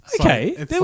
Okay